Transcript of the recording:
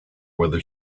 whether